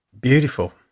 beautiful